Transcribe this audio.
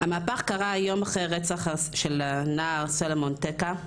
המהפך קרה יום אחרי הרצח של הנער סלומון טקה.